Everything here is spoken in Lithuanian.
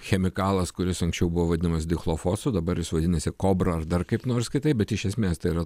chemikalas kuris anksčiau buvo vadinamas dichlofosu dabar jis vadinasi kobra ar dar kaip nors kitaip bet iš esmės tai yra